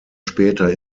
später